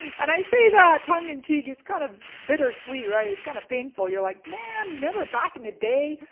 and i say that tongue in cheek. it's kind of bitter sweet, right? it's kind of painful. you're like, man, remember back in the day,